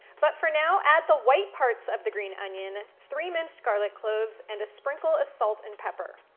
but for now, add the white parts of the green onion, three minced garlic cloves, and a sprinkle of salt and pepper.